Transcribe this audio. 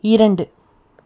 இரண்டு